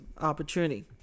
opportunity